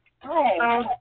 Hi